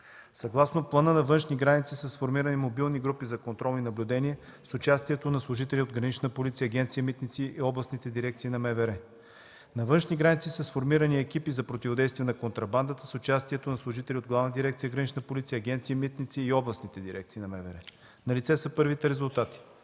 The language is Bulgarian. Съгласно плана на „Външни граници“ са сформирани мобилни групи за контролни наблюдения с участието на служители от „Гранична полиция“, Агенция „Митници“, областните дирекции на МВР. На „Външни граници“ са сформирани екипи за противодействие на контрабандата с участието на служители от Главна дирекция „Гранична полиция“, Агенция „Митници“ и областните дирекции на МВР. Налице са първите резултати.